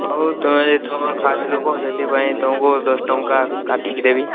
ହଉ ତୁମେ ଏଥର ଖାସ୍ ଲୋକ ସେଥିପାଇଁ ତୁମକୁ ଦଶ ଟଙ୍କା କାଟିକି ଦେବି